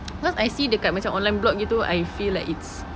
because I see dekat macam online blog gitu I feel like it's